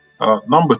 Number